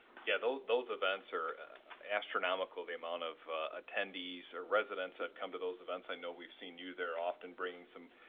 yeah. those, those events are astronomical. the amount of attendees are residents have come to those events. i know we've seen you there often bringing some,